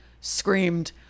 screamed